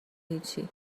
هیچی